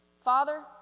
Father